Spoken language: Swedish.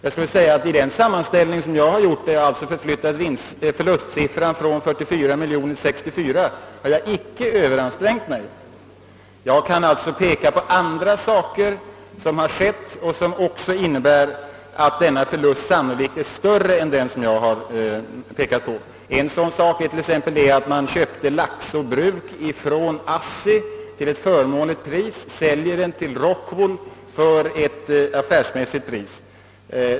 I den sammanställning som jag gjort och där jag har flyttat förlustsiffran från 44 till 64 miljoner kronor, har jag inte överansträngt mig. Jag kan peka på andra faktorer som också innebär att förlusten sannolikt är större än vad jag framhöll. En sådan sak är t.ex. att man köpte Laxå Bruk från ASSTI till förmånligt pris och sålde det till Rockwool för ett affärsmässigt pris.